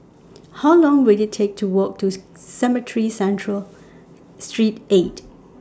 How Long Will IT Take to Walk to Cemetry Central Street eight